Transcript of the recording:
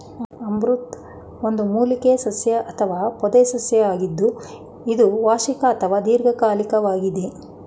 amaranth ಒಂದು ಮೂಲಿಕೆಯ ಸಸ್ಯ ಅಥವಾ ಪೊದೆಸಸ್ಯವಾಗಿದ್ದು ಇದು ವಾರ್ಷಿಕ ಅಥವಾ ದೀರ್ಘಕಾಲಿಕ್ವಾಗಿದೆ